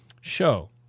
show